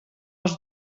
els